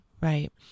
Right